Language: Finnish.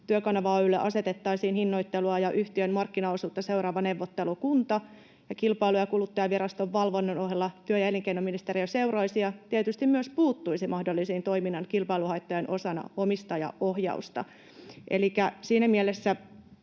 Työkanava Oy:lle asetettaisiin hinnoittelua ja yhtiön markkinaosuutta seuraava neuvottelukunta ja Kilpailu- ja kuluttajaviraston valvonnan ohella työ- ja elinkeinoministeriö seuraisi ja tietysti myös puuttuisi mahdollisiin toiminnan kilpailuhaittoihin osana omistajaohjausta. Elikkä siinä mielessä